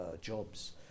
jobs